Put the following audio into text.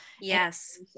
Yes